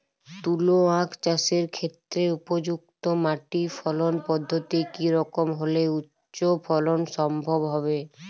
তুলো আঁখ চাষের ক্ষেত্রে উপযুক্ত মাটি ফলন পদ্ধতি কী রকম হলে উচ্চ ফলন সম্ভব হবে?